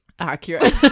Accurate